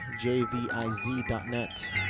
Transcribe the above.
jviz.net